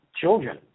children